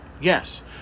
Yes